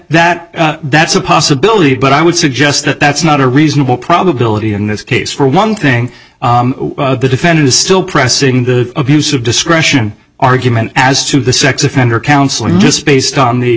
that that's a possibility but i would suggest that that's not a reasonable probability in this case for one thing the defendant is still pressing the abuse of discretion argument as to the sex offender counseling just based on the